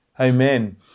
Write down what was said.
Amen